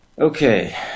Okay